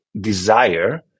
desire